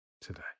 today